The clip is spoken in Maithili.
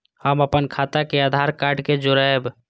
हम अपन खाता के आधार कार्ड के जोरैब?